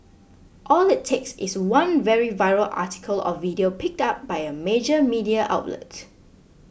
all it takes is one very viral article or video picked up by a major media outlet